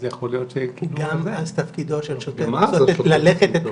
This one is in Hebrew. אז יכול להיות --- אז תפקידו של השוטר ללכת את